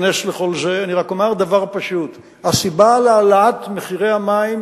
כמו איך קורה הפרדוקס שדווקא כשחוסכים מים עולה מחיר המים,